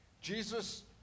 Jesus